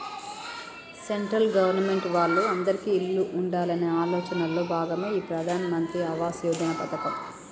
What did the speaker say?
central government వాళ్ళు అందిరికీ ఇల్లు ఉండాలనే ఆలోచనలో భాగమే ఈ ప్రధాన్ మంత్రి ఆవాస్ యోజన పథకం